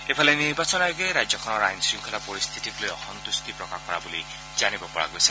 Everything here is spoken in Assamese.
ইফালে নিৰ্বাচন আয়োগে ৰাজ্যখনৰ আইন শৃংখলা পৰিস্থিতিক লৈ অসম্ভুষ্টি প্ৰকাশ কৰা বুলি জানিব পৰা গৈছে